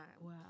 wow